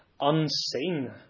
unseen